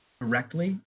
directly